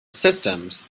systems